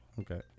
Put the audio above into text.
okay